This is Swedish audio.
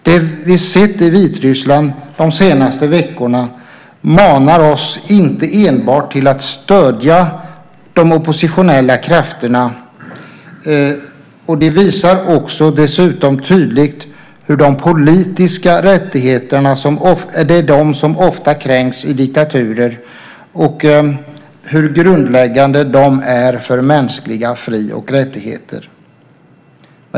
Det vi har sett i Vitryssland de senaste veckorna manar oss inte enbart till att stödja de oppositionella krafterna. Det visar också tydligt hur de politiska rättigheterna, som oftast kränks i diktaturer, är grundläggande för människors fri och rättigheter.